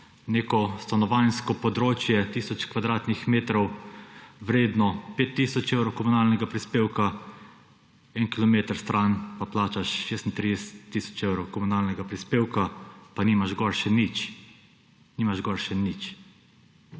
neko stanovanjsko območje tisoč kvadratnih metrov vredno 5000 evrov komunalnega prispevka, en kilometer stran pa plačaš 36 tisoč evrov komunalnega prispevka, pa nimaš gor še nič. To govorim